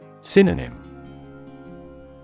Synonym